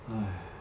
!haiya!